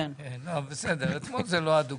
כן, בסדר, אתמול זה לא הדוגמה.